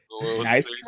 Nice